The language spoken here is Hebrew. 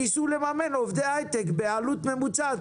בזה שניסו לממן עובדי הייטק בעלות ממוצעת